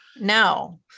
No